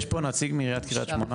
יש פה נציג מעיריית קריית שמונה?